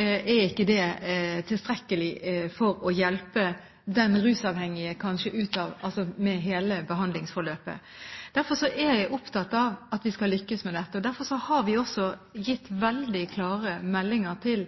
er kanskje ikke det tilstrekkelig for å hjelpe den rusavhengige i hele behandlingsforløpet. Derfor er jeg opptatt av at vi skal lykkes med dette, og derfor har vi også gitt veldig klare meldinger til